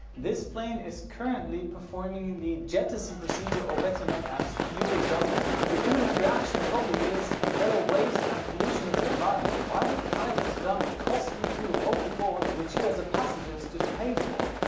this plane is currently performing the jettison procedure or better known as fuel dumping. your imminent reaction probably is what a waste and pollution of the environment why would pilots dump costly fuel overboard, which you as a passenger has just paid for?